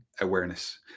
awareness